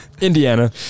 Indiana